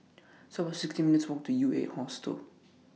It's about sixty minutes' Walk to Ueight Hostel